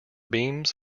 beams